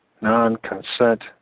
non-consent